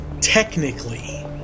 Technically